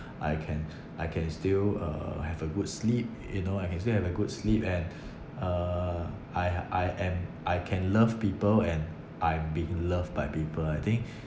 I can I can still uh have a good sleep you know I can still have a good sleep and uh I I am I can love people and I'm being loved by people I think